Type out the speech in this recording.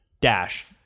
dash